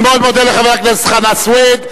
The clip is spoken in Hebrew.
אני מאוד מודה לחבר הכנסת חנא סוייד.